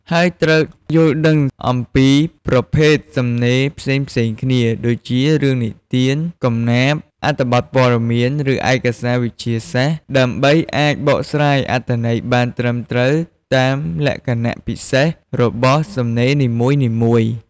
ហើយត្រូវយល់ដឹងពីប្រភេទសំណេរផ្សេងៗគ្នា ដូចជារឿងនិទាន កំណាព្យ អត្ថបទព័ត៌មាន ឬឯកសារវិទ្យាសាស្ត្រ ដើម្បីអាចបកស្រាយអត្ថន័យបានត្រឹមត្រូវតាមលក្ខណៈពិសេសរបស់សំណេរនីមួយៗ។